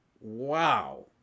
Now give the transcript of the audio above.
wow